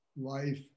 life